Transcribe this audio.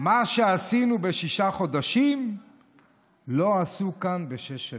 מה שעשינו בשישה חודשים לא עשו כאן בשש שנים.